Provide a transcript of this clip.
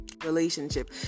relationship